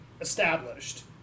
established